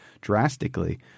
drastically